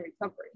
recovery